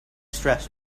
stressed